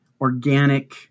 organic